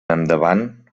endavant